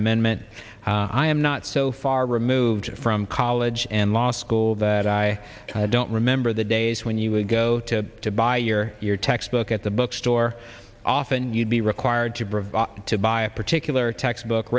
amendment i am not so far removed from college and law school that i don't remember the days when you would go to to buy your your textbook at the bookstore often you'd be required to provide to buy a particular textbook